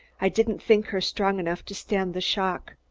i didn't think her strong enough to stand the shock.